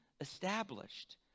established